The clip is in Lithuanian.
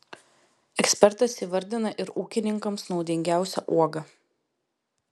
ekspertas įvardina ir ūkininkams naudingiausią uogą